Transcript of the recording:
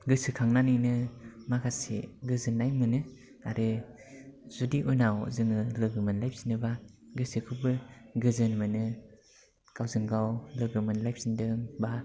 गोसोखांनानैनो माखासे गोजोननाय मोनो आरो जुदि उनाव जोङो लोगो मोनलायफिनोब्ला गोसोखौबो गोजोन मोनो गावजों गाव लोगो मोनलायफिनदों बा